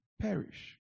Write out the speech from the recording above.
perish